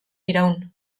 iraun